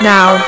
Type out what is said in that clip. Now